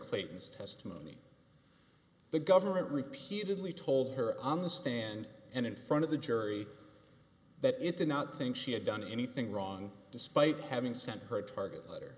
clayton's testimony the government repeatedly told her on the stand and in front of the jury that it did not think she had done anything wrong despite having sent her a target letter